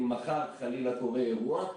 אם מחר חלילה קורה אירוע,